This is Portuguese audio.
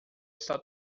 está